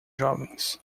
jovens